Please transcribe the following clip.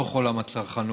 בתוך עולם הצרכנות,